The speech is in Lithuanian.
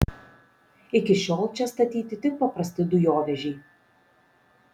iki šiol čia statyti tik paprasti dujovežiai